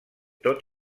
tot